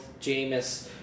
Jameis